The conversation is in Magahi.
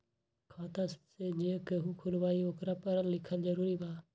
खाता जे केहु खुलवाई ओकरा परल लिखल जरूरी वा?